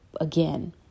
again